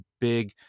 big